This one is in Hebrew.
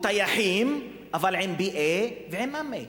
טייחים אבל עם .B.A ועם .M.A.